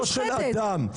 הוא לא מעניין אותי,